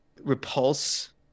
repulse